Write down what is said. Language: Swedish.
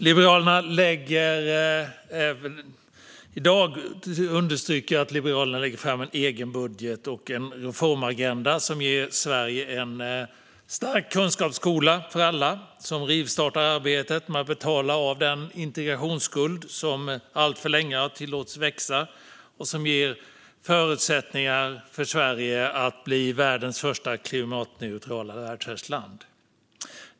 Fru talman! I dag vill jag understryka att Liberalerna lägger fram en egen budget och en reformagenda som ger Sverige en stark kunskapsskola för alla, som rivstartar arbetet med att betala av den integrationsskuld som alltför länge har tillåtits växa och som ger Sverige förutsättningar att bli världens första klimatneutrala välfärdsland.